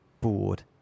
bored